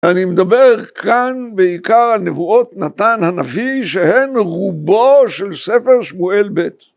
אני מדבר כאן בעיקר על נבואות נתן הנביא שהן רובו של ספר שמואל בית.